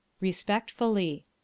respectfully